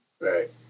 right